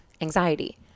anxiety